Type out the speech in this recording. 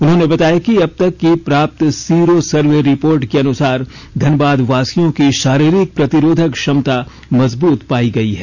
उन्होंने बताया कि अब तक की प्राप्त सिरो सर्वे रिपोर्ट के अनुसार धनबादवासियों की शारीरिक प्रतिरोधक क्षमता मजबूत पाई गई है